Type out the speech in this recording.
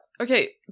Okay